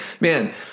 man